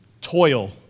Toil